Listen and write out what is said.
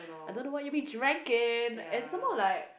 I don't know what you'll be drinking and some more like